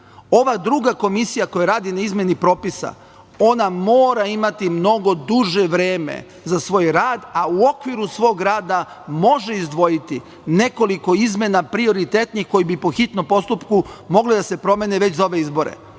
Ova druga komisija koja radi na izmeni propisa, ona mora imati mnogo duže vreme za svoj rad, a u okviru svog rada može izdvojiti nekoliko izmena prioritetnih koji bi po hitnom postupku mogli da se promene već za ove izbore,